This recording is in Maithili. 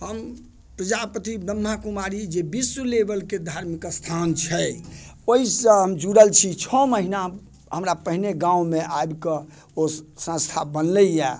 हम प्रजापति ब्रह्माकुमारी जे विश्व लेवलके धार्मिक स्थान छै ओहिसँ हम जुड़ल छी छओ महीना हमरा पहिने गाँवमे आबिके ओ संस्था बनलैया